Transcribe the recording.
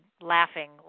laughing